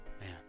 Man